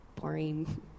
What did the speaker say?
boring